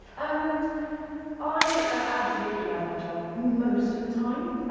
um i absolutely love my job most of the time.